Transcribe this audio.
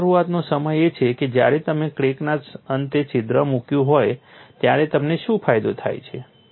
પુનઃશરૂઆતનો સમય એ છે કે જ્યારે તમે ક્રેકના અંતે છિદ્ર મૂક્યું હોય ત્યારે તમને શું ફાયદો થાય છે